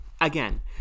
again